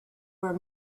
were